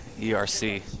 ERC